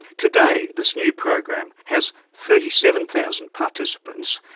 today this new program has thirty seven thousand participants,